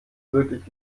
wirklich